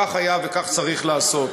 כך היה וכך צריך לעשות.